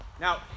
Now